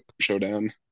showdown